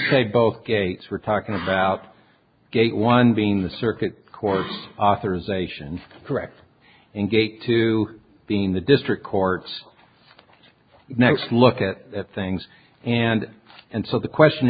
say both gates were talking about gate one being the circuit court authorisations correct and gate to being the district courts next look at things and and so the question